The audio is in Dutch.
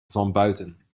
vanbuiten